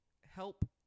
help